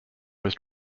was